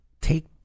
take